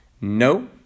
no